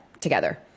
together